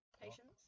Patience